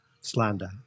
slander